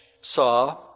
saw